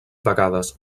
vegades